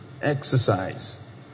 exercise